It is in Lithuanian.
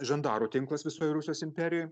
žandarų tinklas visoj rusijos imperijoj